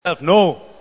no